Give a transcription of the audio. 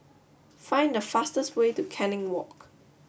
find the fastest way to Canning Walk